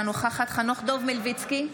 אינה נוכחת חנוך דב מלביצקי,